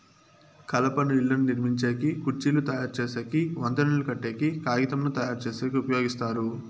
కలపను ఇళ్ళను నిర్మించేకి, కుర్చీలు తయరు చేసేకి, వంతెనలు కట్టేకి, కాగితంను తయారుచేసేకి ఉపయోగిస్తారు